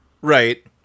Right